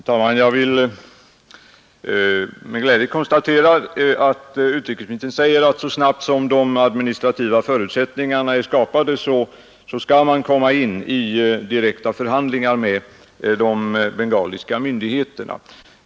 Herr talman! Jag vill med glädje konstatera att utrikesministern säger att så snabbt som de administrativa förutsättningarna är skapade skall man komma in i direkta förhandlingar med de bengaliska myndigheterna.